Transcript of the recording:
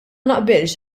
naqbilx